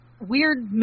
weird